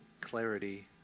clarity